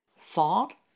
thought